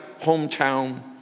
hometown